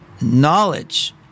knowledge